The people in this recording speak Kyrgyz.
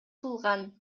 кылган